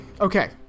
Okay